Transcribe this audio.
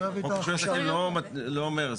רישוי עסקים לא אומר.